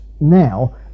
now